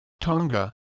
Tonga